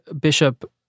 Bishop